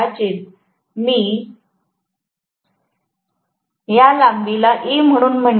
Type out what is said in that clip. तर कदाचित मी या बिंदूचा उल्लेख O म्हणून करू शकते